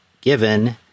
given